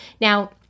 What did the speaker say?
Now